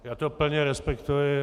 Já to plně respektuji.